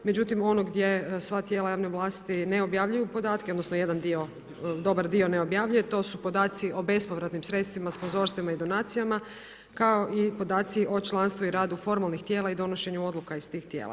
Međutim ono gdje sva tijela javne vlasti ne objavljuju podatke odnosno dobar dio ne objavljuje, to su podaci o bespovratnim sredstvima, sponzorstvima i donacijama kao i podaci o članstvu i radu formalnih tijela i donošenju odluka iz tih tijela.